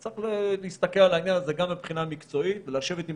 צריך להסתכל על העניין הזה גם מבחינה מקצועית ולשבת עם